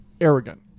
arrogant